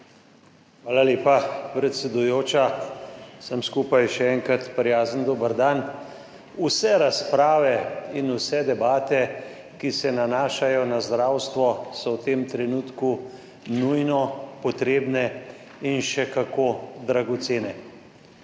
Hvala lepa, predsedujoča. Vsem skupaj še enkrat prijazen dober dan! Vse razprave in vse debate, ki se nanašajo na zdravstvo, so v tem trenutku nujno potrebne in še kako dragocene.